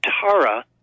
tara